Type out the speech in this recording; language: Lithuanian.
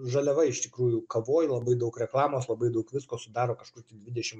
žaliava iš tikrųjų kavoj labai daug reklamos labai daug visko sudaro kažkur tai dvidešim